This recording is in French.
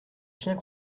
chiens